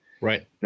Right